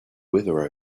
weather